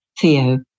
Theo